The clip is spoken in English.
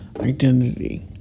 Identity